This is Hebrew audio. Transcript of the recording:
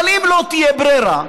אבל אם לא תהיה ברירה,